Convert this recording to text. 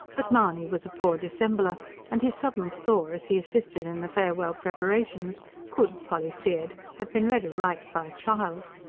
but mahony was a poor dissembler and his sudden thaw, as he assisted in the farewell preparations, could, polly feared, have been read aright by a child.